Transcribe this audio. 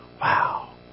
Wow